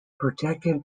protected